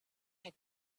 had